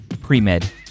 Pre-Med